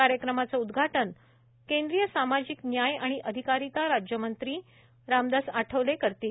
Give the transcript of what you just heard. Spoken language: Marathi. कार्यक्रमाचं उदघाटन वक्तव्य केंद्रीय सामाजिक न्याय आणि अधिकारिता राज्यमंत्री रामदास आठवले देतील